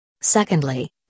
Secondly